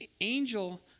angel